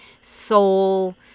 soul